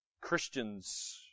Christians